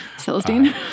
Celestine